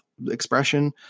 expression